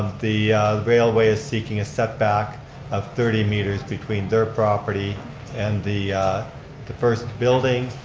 the railway is seeking a setback of thirty meters between their property and the the first building,